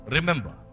Remember